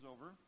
over